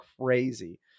crazy